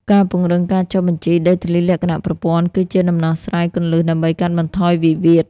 ការពង្រឹងការចុះបញ្ជីដីធ្លីលក្ខណៈប្រព័ន្ធ គឺជាដំណោះស្រាយគន្លឹះដើម្បីកាត់បន្ថយវិវាទ។